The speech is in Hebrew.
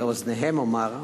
לאוזניהם אומר: